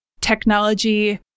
technology